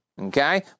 Okay